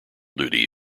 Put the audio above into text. duty